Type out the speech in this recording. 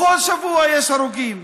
בכל שבוע יש הרוגים.